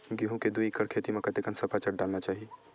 गेहूं के दू एकड़ खेती म कतेकन सफाचट डालना चाहि?